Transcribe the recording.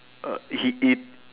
uh he he